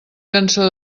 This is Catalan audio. cançó